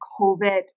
COVID